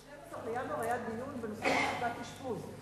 בינואר היה דיון בנושא מצוקת האשפוז,